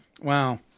Wow